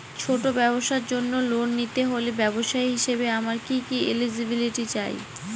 ছোট ব্যবসার জন্য লোন নিতে হলে ব্যবসায়ী হিসেবে আমার কি কি এলিজিবিলিটি চাই?